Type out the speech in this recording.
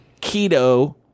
keto